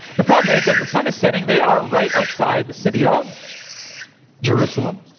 the problem is as the sun is setting, they are right outside the city of jerusalem.